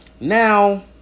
Now